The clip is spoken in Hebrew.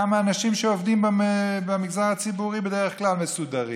גם האנשים שעובדים במגזר הציבורי בדרך כלל מסודרים.